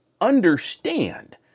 understand